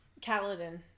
caledon